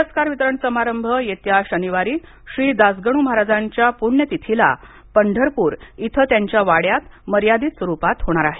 पुरस्कार वितरण समारंभ येत्या शनिवारी श्री दासगणु महाराजांच्या पुण्यतिथीला पंढरपूर इथं त्यांच्या वाड्यात मर्यादित स्वरूपात होणार आहे